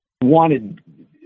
wanted